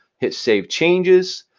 hit save changes.